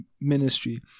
ministry